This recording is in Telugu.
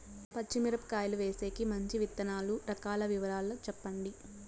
పచ్చి మిరపకాయలు వేసేకి మంచి విత్తనాలు రకాల వివరాలు చెప్పండి?